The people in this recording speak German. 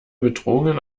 bedrohungen